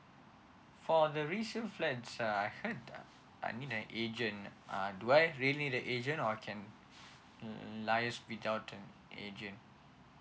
for the resale flats uh I heard I need an agent uh do I really the agent or can I liaise without an agent